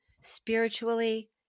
spiritually